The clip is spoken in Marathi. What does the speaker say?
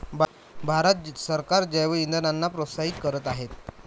भारत सरकार जैवइंधनांना प्रोत्साहित करीत आहे